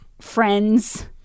friends